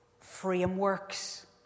frameworks